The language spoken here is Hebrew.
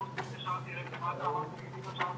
איזה מסקנות אפשר להסיק מהתהליך הזה?